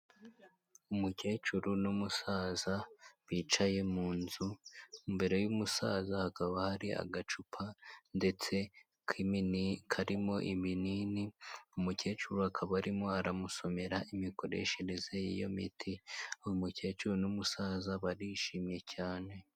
Umukecuru n'umusaza bicaye mu nzu mbere y'umusaza hakaba hari agacupa ndetse k'ibinini karimo ibinini, umukecuru akaba arimo aramusomera imikoreshereze y'iyo miti umukecuru n'umusaza barishimye cyane.